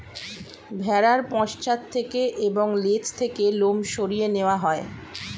ভেড়ার পশ্চাৎ থেকে এবং লেজ থেকে লোম সরিয়ে নেওয়া হয়